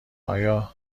ایا